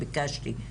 וביקשתי,